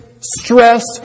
stress